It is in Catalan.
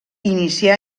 inicià